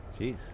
Jeez